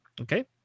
Okay